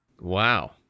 Wow